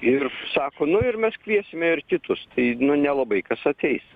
ir sako nu ir mes kviesime ir kitus tai nu nelabai kas ateis